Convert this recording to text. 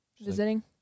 Visiting